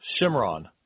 Shimron